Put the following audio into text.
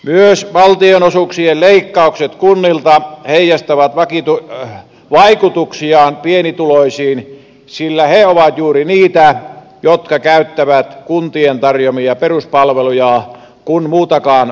myös valtionosuuksien leikkaukset kunnilta heijastavat vaikutuksiaan pienituloisiin sillä he ovat juuri niitä jotka käyttävät kuntien tarjoamia peruspalveluja kun muutakaan vaihtoehtoa ei ole